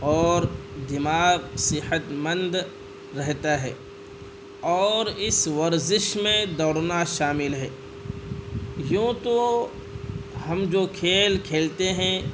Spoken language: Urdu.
اور دماغ صحت مند رہتا ہے اور اس ورزش میں دوڑنا شامل ہے یوں تو ہم جو کھیل کھیلتے ہیں